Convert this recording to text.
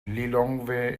lilongwe